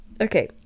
Okay